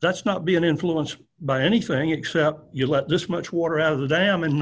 that's not being influenced by anything except you let this much water as a dam and